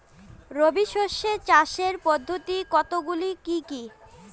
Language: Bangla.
রবি শস্য চাষের পদ্ধতি কতগুলি কি কি?